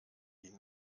die